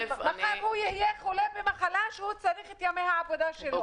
מחר הוא יהיה חולה במחלה והוא יצטרך את ימי המחלה שלו.